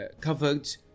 covered